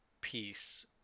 peace